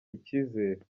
ikizere